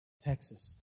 Texas